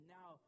now